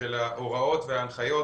ההוראות וההנחיות